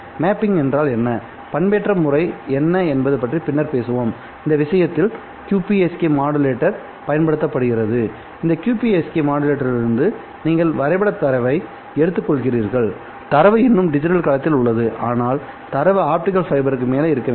mapping என்றால் என்ன பண்பேற்றம் முறை என்ன என்பது பற்றி பின்னர் பேசுவோம் இந்த விஷயத்தில் QPSK மாடுலேட்டர் பயன்படுத்தப்படுகிறது இந்த QPSK மாடுலேட்டரிலிருந்து நீங்கள் வரைபடத் தரவை எடுத்துக்கொள்கிறீர்கள்தரவு இன்னும் டிஜிட்டல் களத்தில் உள்ளது ஆனால் தரவு ஆப்டிகல் ஃபைபருக்கு மேல் இருக்க வேண்டும்